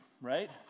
right